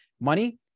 Money